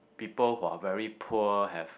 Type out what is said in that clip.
people who are very poor have